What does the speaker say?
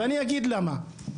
ואני אגיד למה,